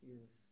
Yes